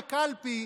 בקלפי,